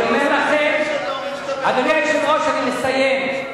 אדוני היושב-ראש, אני מסיים.